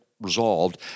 resolved